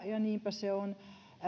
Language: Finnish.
ja niinpä se on